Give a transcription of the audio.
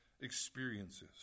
experiences